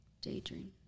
daydream